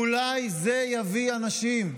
אולי זה יביא אנשים.